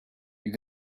you